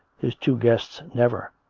his two guests never.